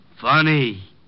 Funny